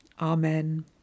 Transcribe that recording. Amen